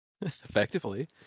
Effectively